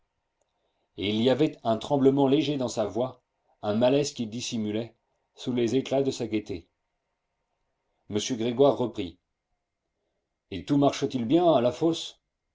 et il y avait un tremblement léger dans sa voix un malaise qu'il dissimulait sous les éclats de sa gaieté m grégoire reprit et tout marche t il bien à la fosse